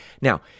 Now